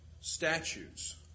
statutes